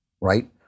right